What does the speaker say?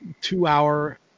two-hour